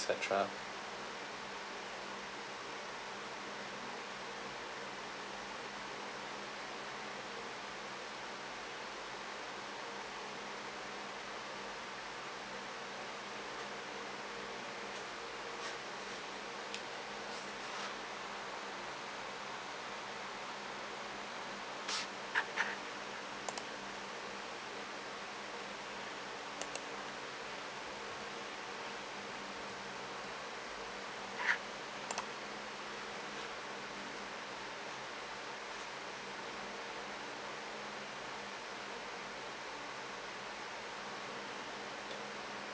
et cetera